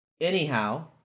Anyhow